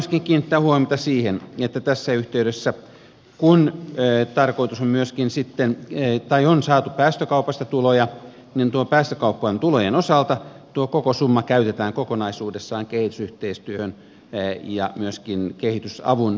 haluan myöskin kiinnittää huomiota tässä yhteydessä kun näet tarkoitus on myöskin siihen että kun on saatu päästökaupasta tuloja niin päästökaupan tulojen osalta tuo koko summa käytetään kokonaisuudessaan kehitysyhteistyöhön ja myöskin kehitysavun rahoittamiseen